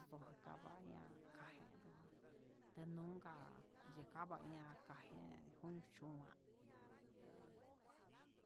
Nduku njakaba ña'a kajeno tenunka ndekavaña'a, kague koño cho'a.